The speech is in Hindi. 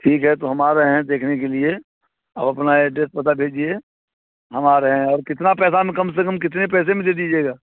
ठीक है तो हम आ रहें हैं देखने के लिए आप अपना एड्रेस पता भेजिए हम आ रहें हैं और कितने पैसे में कम से कम कितने पैसे में दे दीजिएगा